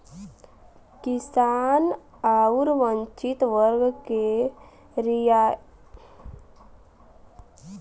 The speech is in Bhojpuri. किसान आउर वंचित वर्ग क रियायत लोन क लाभ मिलला